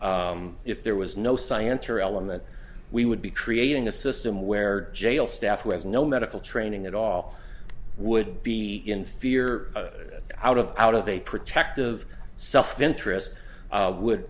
if there was no science or element we would be creating a system where jail staff who has no medical training at all would be in fear out of out of a protective self interest would